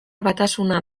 batasuna